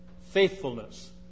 faithfulness